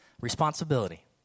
responsibility